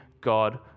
God